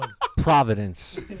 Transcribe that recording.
Providence